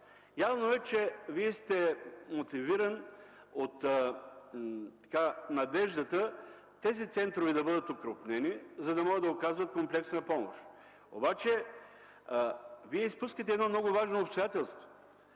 Явно е, че сте мотивиран от надеждата тези центрове да бъдат окрупнени, за да могат да оказват комплексна помощ. Обаче Вие изпускате едно много важно обстоятелство